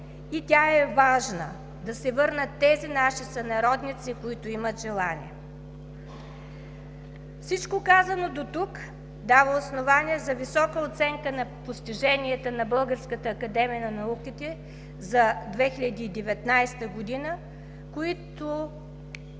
и тя е важна, за да се върнат тези наши сънародници, които имат желание. Всичко казано дотук дава основание за висока оценка на постиженията на Българската академия на науките за 2019 г., които